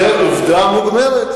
זאת עובדה מוגמרת.